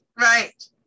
right